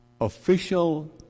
official